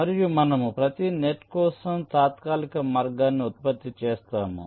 మరియు మనము ప్రతి నెట్ కోసం తాత్కాలిక మార్గాన్ని ఉత్పత్తి చేస్తాము